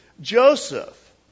Joseph